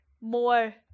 more